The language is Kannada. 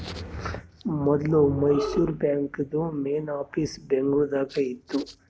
ಮೊದ್ಲು ಮೈಸೂರು ಬಾಂಕ್ದು ಮೇನ್ ಆಫೀಸ್ ಬೆಂಗಳೂರು ದಾಗ ಇತ್ತು